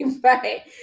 right